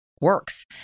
works